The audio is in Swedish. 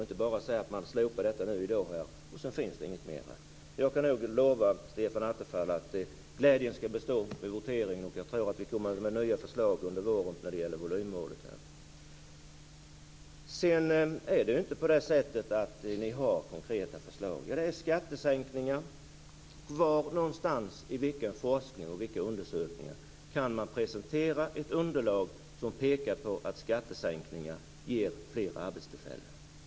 Vi kan inte bara slopa detta i dag, för då finns det inget mer. Jag kan nog lova Stefan Attefall att glädjen skall bestå vid voteringen. Jag tror också att vi kommer med nya förslag under våren när det gäller volymmålet. Sedan är det ju inte så att ni har konkreta förslag. Det är skattesänkningar. Var någonstans, i vilken forskning och vilka undersökningar, kan man presentera ett underlag som pekar på att skattesänkningar ger fler arbetstillfällen?